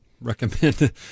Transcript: recommend